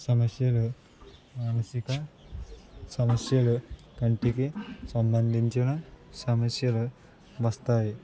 సమస్యలు మానసిక సమస్యలు కంటికి సంబంధించిన సమస్యలు వస్తాయి